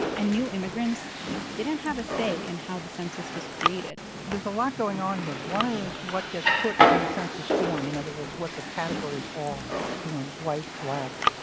and new immigrants didn't have a say in how the census was created there's a lot going on here. one is, what gets put on the census form? in other words, what the categories are you know, white, black,